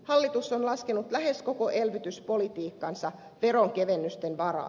hallitus on laskenut lähes koko elvytyspolitiikkansa veronkevennysten varaan